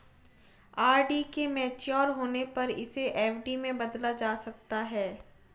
RD के mature होने पर इसे एफ.डी में बदला जा सकता है